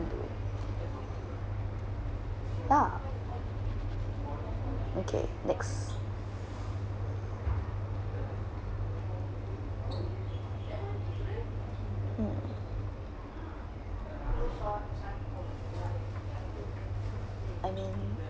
ah okay next mm I mean